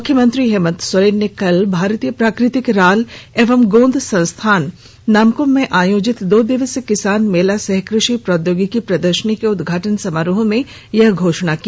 मुख्यमंत्री हेमन्त सोरेन ने कल भारतीय प्राकृतिक राल एवं गोंद संस्थान नामकुम में आयोजित दो दिवसीय किसान मेला सह कृषि प्रौद्योगिकी प्रदर्शनी के उद्घाटन समारोह में यह घोषणा की